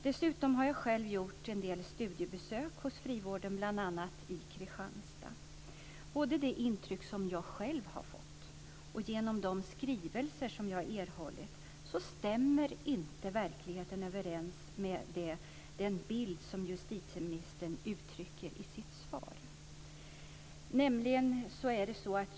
Dessutom har jag själv gjort en del studiebesök hos frivården, bl.a. i Kristianstad. Både de intryck som jag själv har fått och de skrivelser som jag har erhållit visar att verkligheten inte stämmer överens med den bild som justitieministern uttrycker i sitt svar.